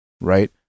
right